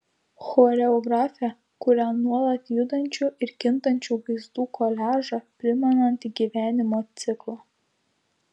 choreografė kuria nuolat judančių ir kintančių vaizdų koliažą primenantį gyvenimo ciklą